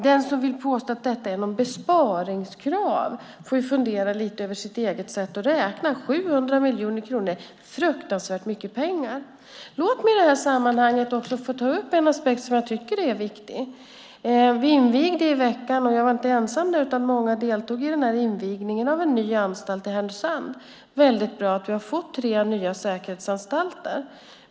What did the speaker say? Den som påstår att detta är ett besparingskrav får fundera lite över sitt eget sätt att räkna. 700 miljoner kronor är fruktansvärt mycket pengar. Låt mig i sammanhanget också ta upp en aspekt som jag tycker är viktig. Vi invigde i veckan en ny anstalt i Härnösand. Jag var inte ensam där, utan det var många som deltog i invigningen. Det är bra att vi har fått tre nya säkerhetsanstalter.